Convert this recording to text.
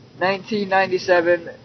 1997